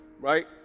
right